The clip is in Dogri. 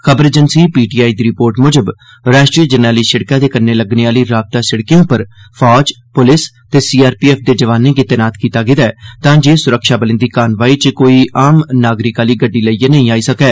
खबर अजेन्सी पीटीआई दी रिर्पोट मुजब राष्ट्रीय जरनैली शिड़क दे कन्नै जुड़ने आली रावता शिड़कें उप्पर सेना पुलस ते सीआरपीएफ दे जौआने गी तैनात कीता गेदा ऐ तां जे सुरक्षाबलें दी कानवाई इच कोई आम नागरिक आली गड्डी लेईयै नेई आई सकै